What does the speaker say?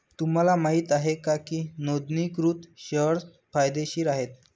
तुम्हाला माहित आहे का की नोंदणीकृत शेअर्स फायदेशीर आहेत?